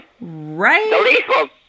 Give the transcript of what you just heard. Right